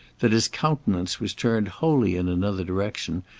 that his countenance was turned wholly in another direction,